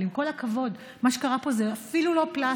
אבל עם כל הכבוד, מה שקרה פה זה אפילו לא פלסטר.